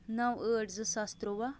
نَو ٲٹھ زٕ ساس تُرٛواہ